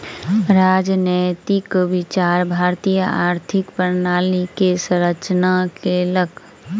राजनैतिक विचार भारतीय आर्थिक प्रणाली के संरचना केलक